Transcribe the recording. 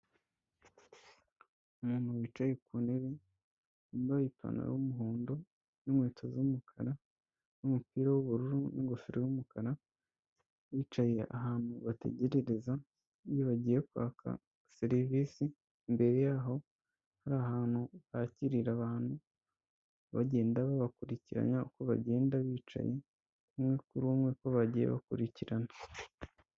Abantu wicaye ku ntebe, yambaye ipantaro y'umuhondo n'inkweto z'umukara n'umupira w'ubururu n'ingofero y'umukara, bicaye ahantu bategerereza iyo bagiye kwaka serivisi, imbere yaho hari ahantu bakirira abantu bagenda babakurikiranya uko bagenda bicaye umwe kuri umwe uko bagiye bakurikirana.